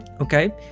Okay